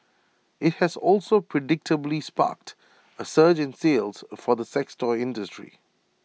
IT has also predictably sparked A surge in sales for the sex toy industry